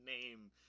name